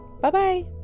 Bye-bye